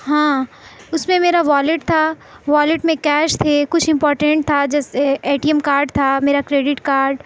ہاں اس میں میرا والٹ تھا والٹ میں کیش تھے کچھ امپارٹنٹ تھا جیسے ایے ٹی ایم کارڈ تھا میرا کریڈٹ کارڈ